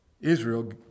Israel